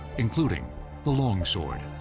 including the long sword.